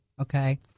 Okay